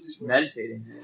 Meditating